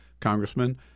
congressman